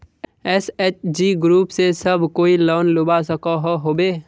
SHG group से सब कोई लोन लुबा सकोहो होबे?